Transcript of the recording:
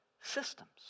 Systems